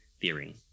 theory